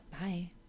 Bye